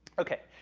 okay,